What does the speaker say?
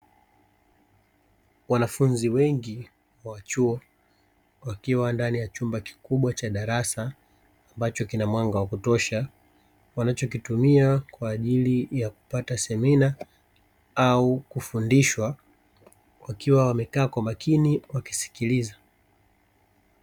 Wanafunzi wengi wa chuo wakiwa ndani ya chumba kikubwa cha darasa, ambacho kina mwanga wa kutosha wanachokitumia kwa ajili ya kupata semina au kufundishwa wakiwa wamekaa kwa makini wakisikiliza.